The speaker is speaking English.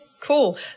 cool